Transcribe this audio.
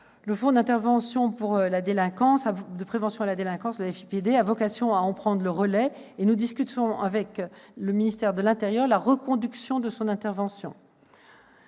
de prévention de la délinquance, le FIPD, a vocation à en prendre le relais. Nous discutons avec le ministère de l'intérieur la reconduction de son intervention.